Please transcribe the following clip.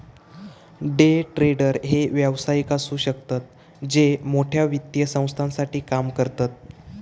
day trader हे व्यावसायिक असु शकतत जे मोठ्या वित्तीय संस्थांसाठी काम करतत